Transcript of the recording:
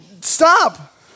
stop